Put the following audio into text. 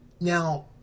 Now